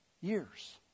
Years